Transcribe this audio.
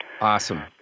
awesome